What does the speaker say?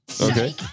Okay